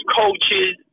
coaches